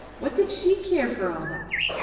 what did she care for all that?